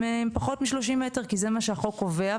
פחות מ-30 מטר כי זה מה שהחוק קובע,